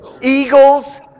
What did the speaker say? Eagles